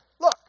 look